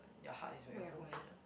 your heart is where your home is ah